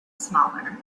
smaller